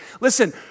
Listen